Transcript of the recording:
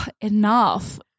enough